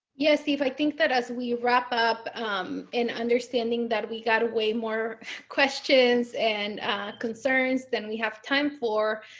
yeah, steve. i think that as we wrap up and understanding that we got way more questions and concerns than we have time for,